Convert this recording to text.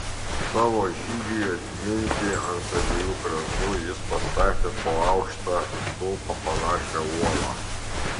savo žygiui atminti ant abiejų krantų jis pastatė po aukštą į stulpą panašią uolą